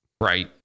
right